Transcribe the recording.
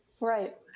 Right